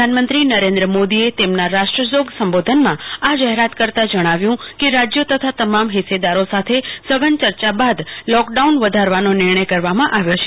પ્રધાનમંત્રી નરેન્દ્ર મોદીએ તેમના રાષ્ટ્રજોગ સંબોધનમાં આ જાહેરાત કરતા જણાવ્યું કે રાજયો તથા તમામ હસ્સેદારો સાથે સઘન ચર્ચા બાદ લોકડાઉન વધારવાનો નિર્ણય કરવામાં આવ્યો છે